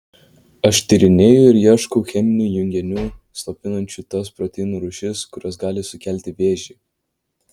aš tyrinėju ir ieškau cheminių junginių slopinančių tas proteinų rūšis kurios gali sukelti vėžį